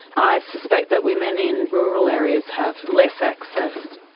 i suspect that women in rural areas have less access.